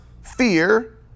fear